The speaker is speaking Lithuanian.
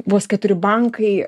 vos keturi bankai